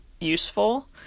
useful